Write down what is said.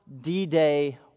D-Day